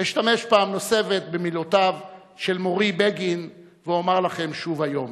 אשתמש במילותיו של מורי בגין, ואומר לכם שוב היום: